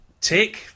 tick